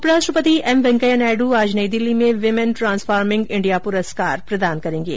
उप राष्ट्रपति एम वेंकैया नायड् आज नई दिल्ली में वीमैन ट्रांसफॉर्मिंग इंडिया प्रस्कार प्रदान करेंगे